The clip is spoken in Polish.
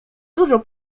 dużo